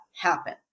happen